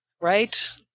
right